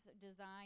design